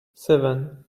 seven